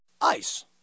Ice